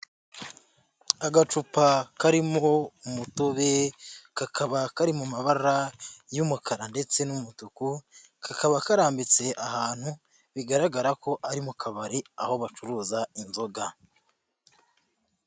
Agacupa karimo umutobe, kakaba kari mu mabara y'umukara ndetse n'umutuku, kakaba karambitse ahantu bigaragara ko ari mu kabari aho bacuruza inzoga.